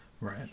right